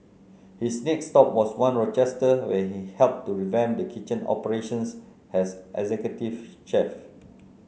his next stop was One Rochester where he helped to revamp the kitchen operations as executive chef